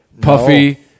Puffy